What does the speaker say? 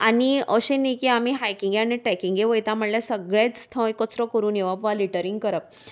आनी अशें नी की आमी हायकिंगे आनी ट्रेकिंगे वयता म्हणल्यार सगळेंच थंय कचरो करून येवप वा लिटरींग करप